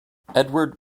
edward